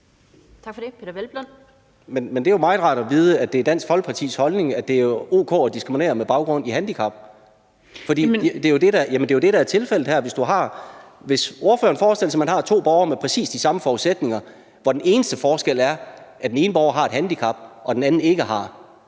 Det er jo meget rart at vide, at det er Dansk Folkepartis holdning, at det er o.k. at diskriminere med baggrund i handicap. Det jo det, der er tilfældet her. Hvis man forestiller sig, at man har to borgere med præcis de samme forudsætninger, hvor den eneste forskel er, at den ene borger har et handicap, og den anden ikke har,